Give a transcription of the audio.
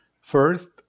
first